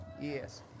Yes